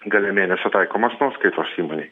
gale mėnesio taikomos nuoskaitos įmonei